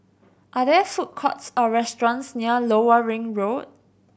are there food courts or restaurants near Lower Ring Road